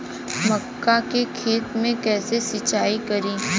मका के खेत मे कैसे सिचाई करी?